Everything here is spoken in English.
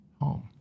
home